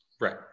Right